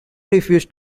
refused